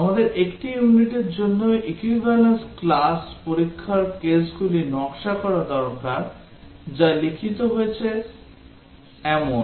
আমাদের একটি ইউনিটের জন্য equivalence classর পরীক্ষার কেসগুলি নকশা করা দরকার যা লিখিত হয়েছে এমন